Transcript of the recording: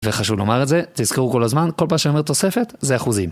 וחשוב לומר את זה, תזכרו כל הזמן, כל פעם שאני אומר תוספת, זה אחוזים.